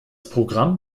programm